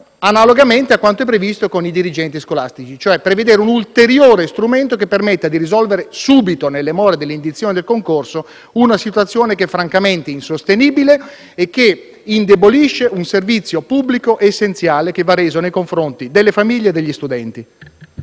analogamente a quanto previsto con i dirigenti scolastici, cioè prevedere un ulteriore strumento che permetta di risolvere subito, nelle more dell'indizione del concorso, una situazione che è francamente insostenibile e che indebolisce un servizio pubblico essenziale per le famiglie e gli studenti.